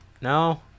No